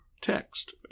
text